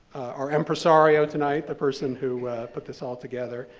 our impresario tonight, a person who put this all together,